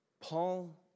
Paul